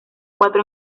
cuatro